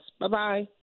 Bye-bye